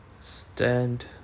Stand